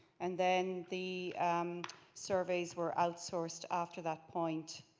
and then the surveys were out-sourced after that point.